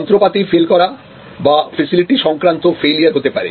যন্ত্রপাতি ফেল করা বা ফেসিলিটি সংক্রান্ত ফেলিওর হতে পারে